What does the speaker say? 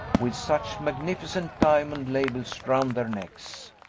with such magnificent diamond labels round their necks!